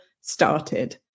started